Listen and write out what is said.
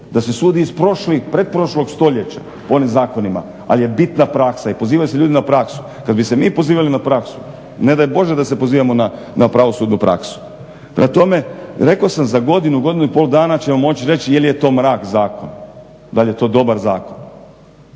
da se sudi iz prošlih i pretprošlog stoljeća po onim zakonima. Ali je bitna praksa i pozivaju se ljudi na praksu. Kad bi se mi pozivali na praksu ne daj bože da se pozivamo na pravosudnu praksu. Prema tome, rekao sam godinu, godinu i pol dana ćemo moći reći je li to mrak zakon, da li je to dobar zakon.